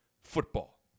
football